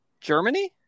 Germany